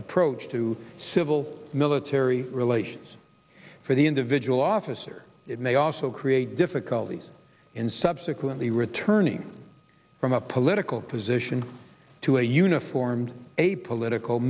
approach to civil military relations for the individual officer it may also create difficulties in subsequently returning from a political position to a uniform a political